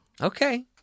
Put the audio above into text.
Okay